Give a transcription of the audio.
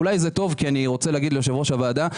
אולי זה טוב כי אני רוצה להגיד ליושב-ראש הוועדה.